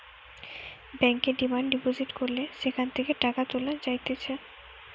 ব্যাংকে demand deposit করলে সেখান থেকে টাকা তুলা যাইতেছে